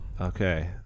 Okay